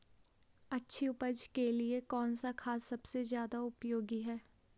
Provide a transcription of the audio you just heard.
अच्छी उपज के लिए कौन सा खाद सबसे ज़्यादा उपयोगी है?